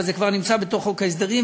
אבל זה כבר נמצא בחוק ההסדרים,